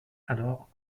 alors